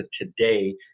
today